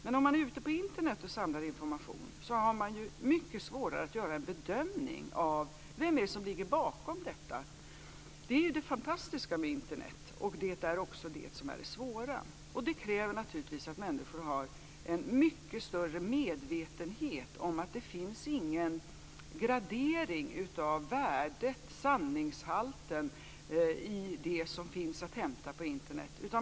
Är man ute på Internet och samlar information är det mycket svårare att göra en bedömning av vem det är som ligger bakom informationen. Det är det fantastiska med Internet, och det är det som är det svåra. Detta kräver att människor har en mycket större medvetenhet om att det inte finns någon gradering av värdet, sanningshalten, i det som finns att hämta på Internet.